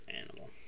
animal